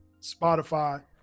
Spotify